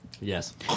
Yes